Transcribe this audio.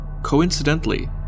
coincidentally